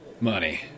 Money